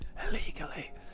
illegally